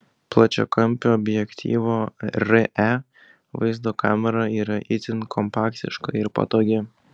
plačiakampio objektyvo re vaizdo kamera yra itin kompaktiška ir patogi